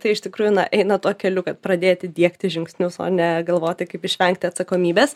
tai iš tikrųjų na eina tuo keliu kad pradėti diegti žingsnius o ne galvoti kaip išvengti atsakomybės